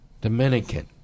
Dominican